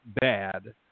bad